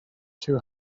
two